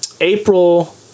april